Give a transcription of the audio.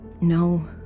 No